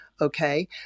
okay